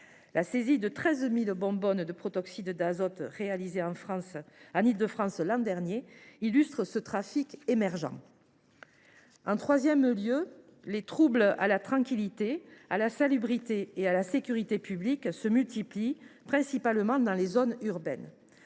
La saisie de 13 000 bonbonnes de protoxyde d’azote réalisée en Île de France l’an dernier illustre ce trafic émergent. En troisième lieu, les troubles à la tranquillité, à la salubrité et à la sécurité publiques se multiplient, principalement dans les zones urbaines.